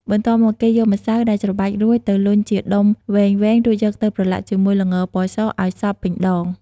បន្ទាប់មក គេយកម្សៅដែលច្របាច់រួចទៅលុញជាដុំវែងៗ រួចយកទៅប្រឡាក់ជាមួយល្ងរពណ៌សឲ្យសព្វពេញដង។